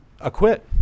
acquit